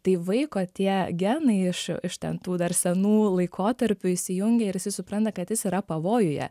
tai vaiko tie genai iš iš ten tų dar senų laikotarpių įsijungia ir jisai supranta kad jis yra pavojuje